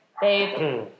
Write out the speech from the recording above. Babe